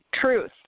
Truth